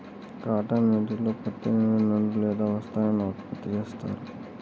cotton మిల్లులో పత్తి నుండి నూలు లేదా వస్త్రాన్ని ఉత్పత్తి చేస్తారు